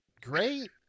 Great